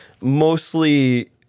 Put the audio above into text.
mostly